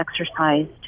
exercised